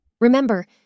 Remember